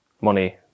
money